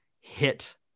hit